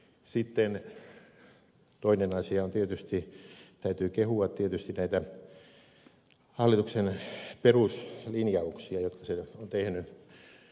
sitten toinen asia on tietysti se että täytyy kehua tietysti näitä hallituksen peruslinjauksia jotka siellä on tehty